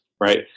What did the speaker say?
Right